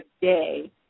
day